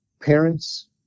parents